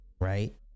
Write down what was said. right